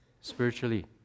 spiritually